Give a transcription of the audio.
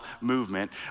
movement